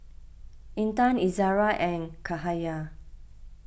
Intan Izara and Cahaya